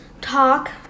talk